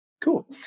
Cool